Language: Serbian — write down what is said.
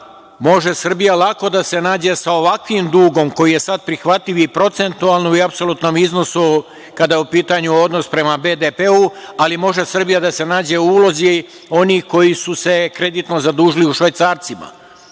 Srbija lako da se nađe sa ovakvim dugom koji je sad prihvatljiv i u procentualnom i u apsolutnom iznosu, kada je u pitanju odnos prema BDP, ali može Srbija da se nađe u ulozi onih koji su se kreditno zadužili u švajcarcima.